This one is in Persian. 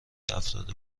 افراد